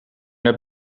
naar